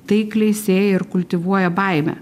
taikliai sėja ir kultivuoja baimę